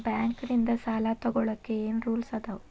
Bank ನಿಂದ್ ಸಾಲ ತೊಗೋಳಕ್ಕೆ ಏನ್ ರೂಲ್ಸ್ ಅದಾವ?